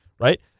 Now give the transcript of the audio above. Right